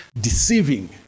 deceiving